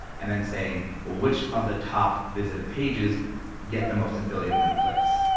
and then saying, well which of the top visited pages get the most affiliate link clicks?